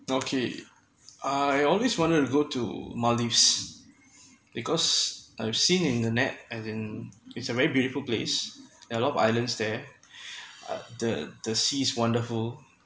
okay I always wanted to go to maldives because I've seen in the net as in is a very beautiful place a lot of islands there the the sea's wonderful